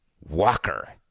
Walker